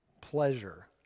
Pleasure